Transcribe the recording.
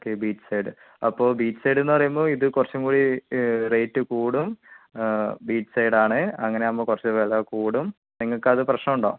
okay beachside അപ്പോൾ beach side എന്ന് പറയുമ്പോൾ ഇത് കുറച്ചും കൂടി റേറ്റ് കൂടും ബീച്ച്സൈഡാണ് അങ്ങനെയാകുമ്പോൾ കുറച്ച് വില കൂടും നിങ്ങൾക്കത് പ്രശ്നമുണ്ടോ